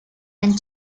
and